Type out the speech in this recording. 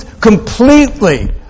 completely